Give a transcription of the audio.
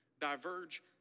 diverge